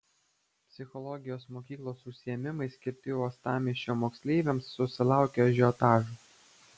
psichologijos mokyklos užsiėmimai skirti uostamiesčio moksleiviams susilaukė ažiotažo